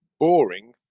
Boring